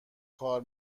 کار